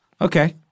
Okay